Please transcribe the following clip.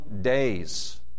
days